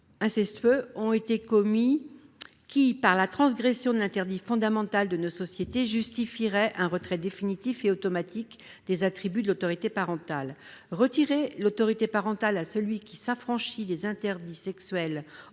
incestueux ont été commis. Par la transgression de l'interdit fondamental de nos sociétés, de tels actes justifient un retrait définitif et automatique des attributs de l'autorité parentale. Retirer l'autorité parentale à celui qui s'affranchit des interdits sexuels